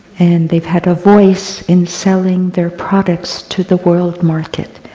and they have a voice in selling their products to the world market.